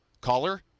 caller